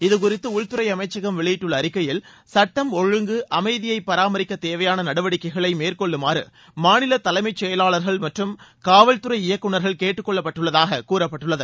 இது குறித்து உள்துறை அமைச்சகம் வெளியிட்டுள்ள அறிக்கையில் சட்டம் ஒழுங்கு அமைதியை பராமரிக்க தேவையான நடவடிக்கைகளை மேற்கொள்ளுமாறு மாநில தலைமைச் செயலாளர்கள் மற்றும் காவல்துறை இயக்குநர்கள் கேட்டுக்கொள்ளப்பட்டுள்ளதாக கூறப்பட்டுள்ளது